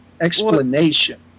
explanation